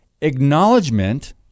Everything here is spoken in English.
acknowledgement